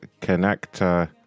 Connector